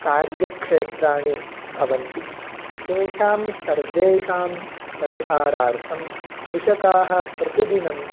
कार्यक्षेत्राणि भवन्ति तेषां सर्वेषां परिहारार्थं कृषकाः प्रतिदिनं